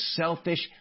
selfish